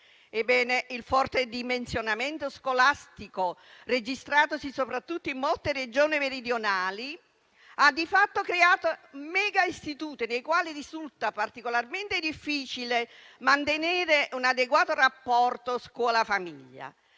il forte dimensionamento scolastico, registratosi soprattutto in molte Regioni meridionali, ha di fatto creato mega istituti nei quali risulta particolarmente difficile mantenere un adeguato rapporto scuola-famiglia,